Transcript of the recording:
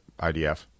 IDF